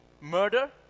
murder